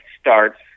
starts